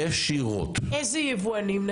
איזה יבואנים?